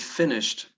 finished